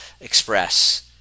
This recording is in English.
express